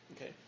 okay